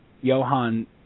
Johan